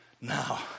Now